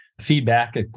Feedback